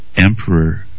emperor